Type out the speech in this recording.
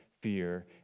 fear